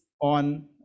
on